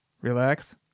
relax